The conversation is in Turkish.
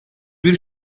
bir